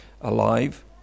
alive